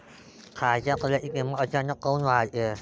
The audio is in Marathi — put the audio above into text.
खाच्या तेलाची किमत अचानक काऊन वाढते?